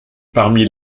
parmi